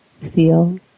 feel